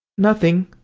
nothing.